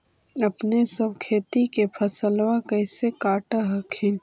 अपने सब खेती के फसलबा कैसे काट हखिन?